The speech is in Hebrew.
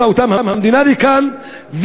המדינה הביאה אותם לכאן,